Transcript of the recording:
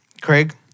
Craig